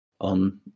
on